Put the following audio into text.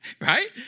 right